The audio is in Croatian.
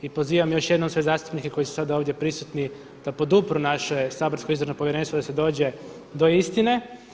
I pozivam još jednom sve zastupnike koji su sada ovdje prisutni da podupru naše saborsko Izborno povjerenstvo da se dođe do istine.